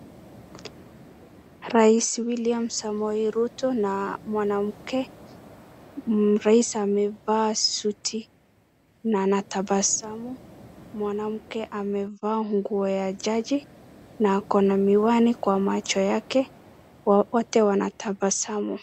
Raisi William Samoei Ruto na mwanamke. Raisi amevaa suti na anatabasamu. Mwanamke amevaa nguo ya jaji na ako na miwani kwa macho yake. Wote wanatabasamu.